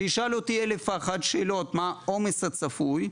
שישאל אותי 1001 שאלות כמו מה העומס הצפוי,